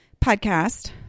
podcast